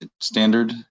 standard